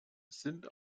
sind